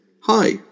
hi